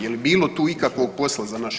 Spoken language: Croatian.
Je li bilo tu ikakvog posla za naše?